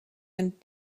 and